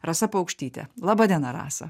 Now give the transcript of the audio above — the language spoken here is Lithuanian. rasa paukštytė laba diena rasa